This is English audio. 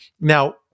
Now